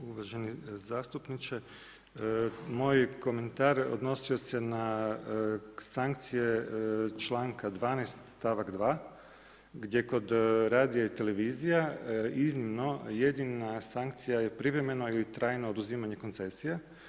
Dakle, uvaženi zastupniče moj komentar odnosio se na sankcije članka 12. stavak 2. gdje kod radija i televizije iznimno jedina sankcija je privremeno ili trajno oduzimanje koncesija.